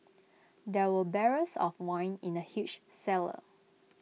there were barrels of wine in the huge cellar